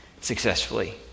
successfully